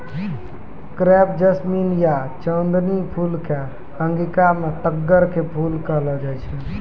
crepe jasmine या चांदनी फूल कॅ अंगिका मॅ तग्गड़ के फूल कहलो जाय छै